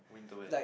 winter wear